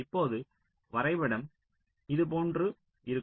இப்போது வரைபடம் இது போன்று இருக்கும்